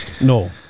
No